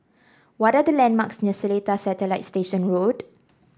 what are the landmarks near Seletar Satellite Station Road